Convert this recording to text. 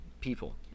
people